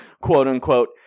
quote-unquote